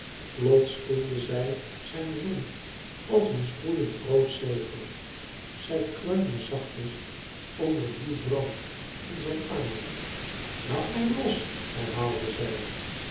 plots voelde zij zijn zoen als een schroeiend rood zegel zij kreunde zachtjes onder dien brand in zijn armen laat mij los herhaalde zij